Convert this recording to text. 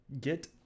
Get